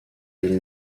ville